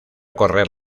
correr